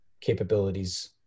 capabilities